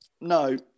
No